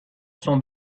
son